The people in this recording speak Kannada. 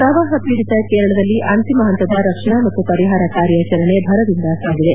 ಪ್ರವಾಹ ಪೀಡಿತ ಕೇರಳದಲ್ಲಿ ಅಂತಿಮ ಪಂತದ ರಕ್ಷಣಾ ಮತ್ತು ಪರಿಹಾರ ಕಾರ್ಯಾಚರಣೆ ಭರದಿಂದ ಸಾಗಿದೆ